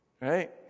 Right